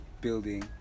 building